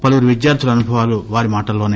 పలువురు విద్యార్థుల అనుభవాలు వారి మాటల్లోనే